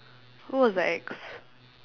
who was the ex